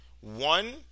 One